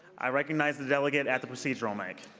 i recognize the delegate at the procedure ah mic.